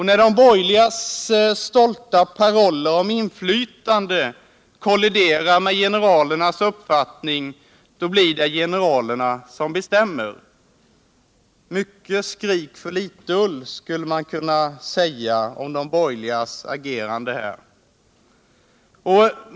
När de borgerligas stolta paroller om inflytande kolliderar med generalernas uppfattning, blir det generalerna som bestämmer. Mycket skrik och litet ull, skulle man kunna säga om de borgerligas agerande här.